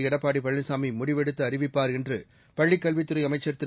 எடப்பாடி பழனிசாமி முடிவெடுத்து அறிவிப்பார் என்று பள்ளிக் கல்வித்துறை அமைச்சர் திரு